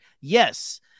Yes